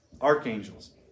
archangels